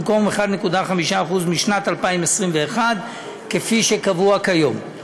במקום 1.5% משנת 2021 כפי שקבוע כיום.